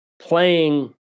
playing –